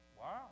wow